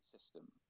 system